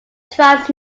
trust